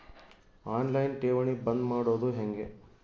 On line ಠೇವಣಿ ಬಂದ್ ಮಾಡೋದು ಹೆಂಗೆ?